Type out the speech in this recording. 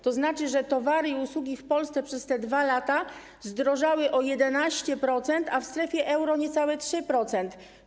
To znaczy, że towary i usługi w Polsce przez te 2 lata zdrożały o 11%, a w strefie euro - niecałe 3%.